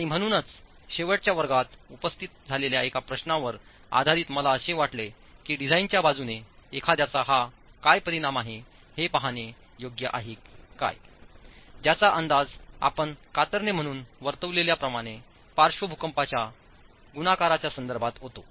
आणि म्हणूनच शेवटच्या वर्गात उपस्थित झालेल्या एका प्रश्नावर आधारित मला असे वाटले की डिझाइनच्या बाजूने एखाद्याचा हा काय परिणाम आहे हे पाहणे योग्य आहे की ज्याचा अंदाज आपण कातरणे म्हणून वर्तविलेल्या पार्श्व भूकंपाच्या गुणाकारांच्या संदर्भात होतो